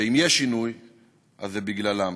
שאם יש שינוי אז זה בגללם.